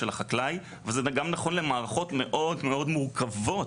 החקלאי וגם נכון למערכות מאוד מאוד מורכבות,